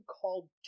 called